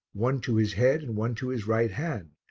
one to his head and one to his right hand,